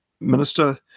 minister